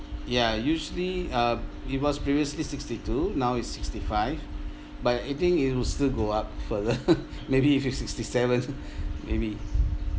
ya usually uh it was previously sixty two now is sixty five but I think it will still go up further maybe until sixty seven maybe